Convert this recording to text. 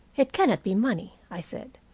it cannot be money, i said.